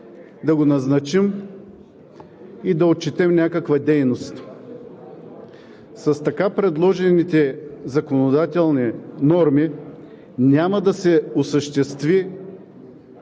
да го назначим и да отчетем някаква дейност. С така предложените законодателни норми няма да се осъществят